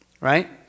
Right